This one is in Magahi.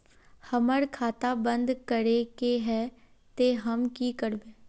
हमर खाता बंद करे के है ते हम की करबे?